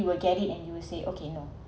you will get it and you will say okay no